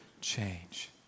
change